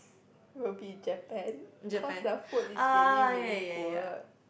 will be Japan cause the food is really really good